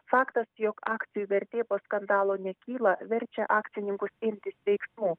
faktas jog akcijų vertė po skandalo nekyla verčia akcininkus imtis veiksmų